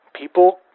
people